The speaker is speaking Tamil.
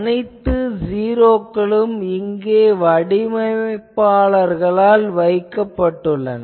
அனைத்து ஜீரோக்களும் இங்கே வடிவமைப்பாளர்களால் வைக்கப்பட்டுள்ளன